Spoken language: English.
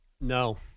No